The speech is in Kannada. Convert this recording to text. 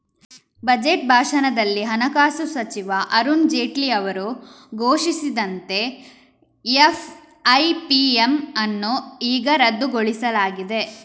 ಬಜೆಟ್ ಭಾಷಣದಲ್ಲಿ ಹಣಕಾಸು ಸಚಿವ ಅರುಣ್ ಜೇಟ್ಲಿ ಅವರು ಘೋಷಿಸಿದಂತೆ ಎಫ್.ಐ.ಪಿ.ಎಮ್ ಅನ್ನು ಈಗ ರದ್ದುಗೊಳಿಸಲಾಗಿದೆ